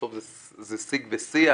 בסוף זה סיג ושיח,